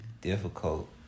difficult